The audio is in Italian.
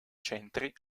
centri